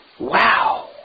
Wow